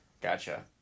Gotcha